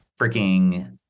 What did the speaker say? freaking